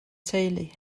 teulu